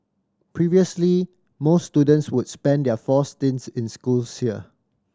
previously most students would spend their four stints in schools here